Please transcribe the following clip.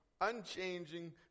unchanging